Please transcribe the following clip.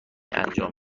انجام